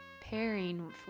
pairing